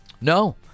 no